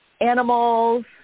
animals